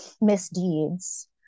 misdeeds